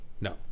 no